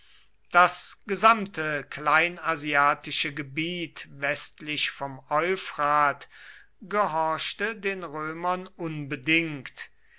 das gesamte kleinasiatische gebiet westlich vom euphrat gehorchte den römern unbedingt